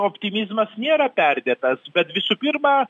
optimizmas nėra perdėtas bet visų pirma